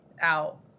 out